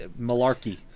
malarkey